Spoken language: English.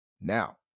Now